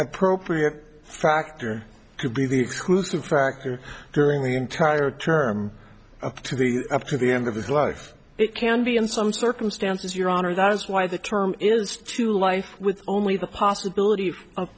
appropriate factor could be the exclusive factor during the entire term up to the up to the end of his life it can be in some circumstances your honor that is why the term is to life with only the possibility of